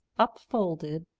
upfolded,